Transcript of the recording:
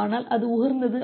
ஆனால் அது உகந்தது அல்ல